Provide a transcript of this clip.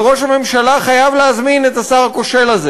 וראש הממשלה חייב להזמין את השר הכושל הזה